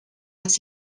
dass